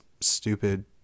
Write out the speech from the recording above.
stupid